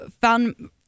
found